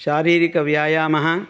शारीरिकव्यायामः